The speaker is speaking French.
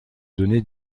données